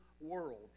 world